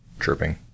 chirping